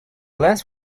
lens